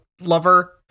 lover